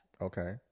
Okay